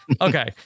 Okay